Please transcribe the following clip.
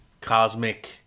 cosmic